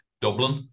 Dublin